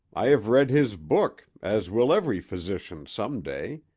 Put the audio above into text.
i have read his book, as will every physician some day.